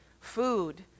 food